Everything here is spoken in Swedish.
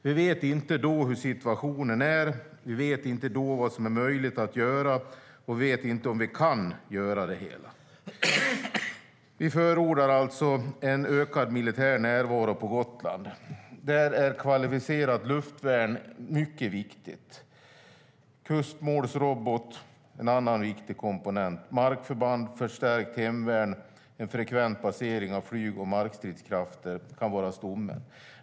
Vi vet då inte hurdan situationen är, vad som är möjligt att göra och om vi kan göra det hela. Vi förordar alltså en ökad militär närvaro på Gotland. Där är kvalificerat luftvärn mycket viktigt. Kustmålsrobotar är en annan viktig komponent. Markförband, ett förstärkt hemvärn och frekvent basering av flyg och markstridskrafter kan vara stommen.